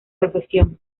profesión